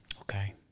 Okay